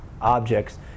objects